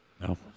no